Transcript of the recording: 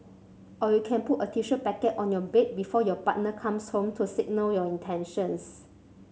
or you can put a tissue packet on your bed before your partner comes home to signal your intentions